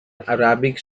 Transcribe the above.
arabic